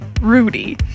Rudy